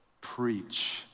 preach